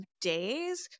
days